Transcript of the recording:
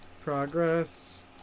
Progress